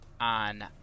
on